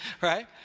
Right